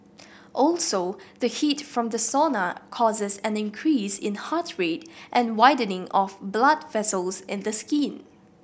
also the heat from the sauna causes an increase in heart rate and widening of blood vessels in the skin